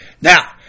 Now